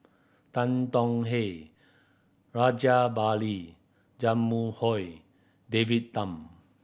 Tan Tong Hye Rajabali Jumabhoy David Tham